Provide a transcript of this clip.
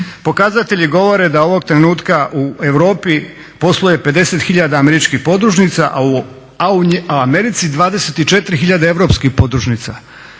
Pokazatelji govore da ovog trenutka u Europi posluje 50 hiljada američkih podružnica, a u Americi 24 hiljada europskih podružnica.